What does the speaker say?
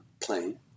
plane